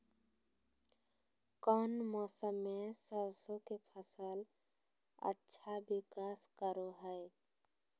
कौन मौसम मैं सरसों के फसल अच्छा विकास करो हय?